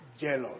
jealous